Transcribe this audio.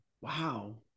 Wow